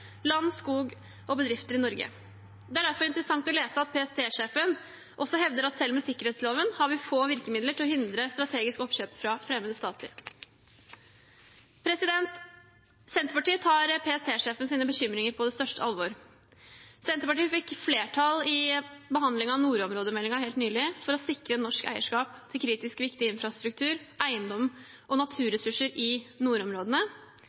land, skog og bedrifter i Norge. Det er derfor interessant å lese at PST-sjefen også hevder at selv med sikkerhetsloven har vi få virkemidler til å hindre strategiske oppkjøp fra fremmede stater. Senterpartiet tar PST-sjefens bekymringer på det største alvor. Senterpartiet fikk flertall ved behandlingen av nordområdemeldingen helt nylig for å sikre norsk eierskap til kritisk viktig infrastruktur, eiendom og naturressurser i nordområdene.